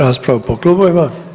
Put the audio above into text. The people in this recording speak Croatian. raspravu po klubovima.